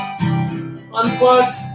Unplugged